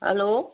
hello